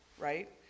right